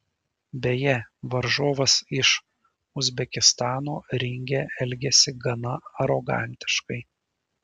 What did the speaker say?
beje varžovas iš uzbekistano ringe elgėsi gana arogantiškai